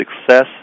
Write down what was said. success